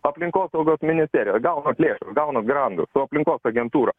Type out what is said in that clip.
aplinkosaugos ministerija gaunat lėšas gaunat grandus su aplinkos agentūra